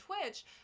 Twitch